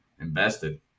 invested